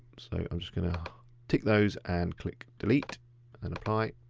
so i'm just gonna untick those and click delete and apply.